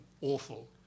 awful